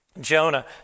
Jonah